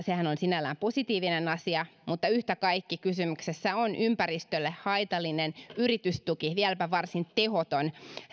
sehän on sinällään positiivinen asia mutta yhtä kaikki kysymyksessä on ympäristölle haitallinen yritystuki vieläpä varsin tehoton